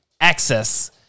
access